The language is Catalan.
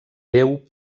déu